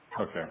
Okay